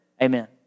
Amen